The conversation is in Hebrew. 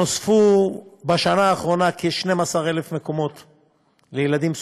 נוספו בשנה האחרונה כ-12,000 מקומות לילדים,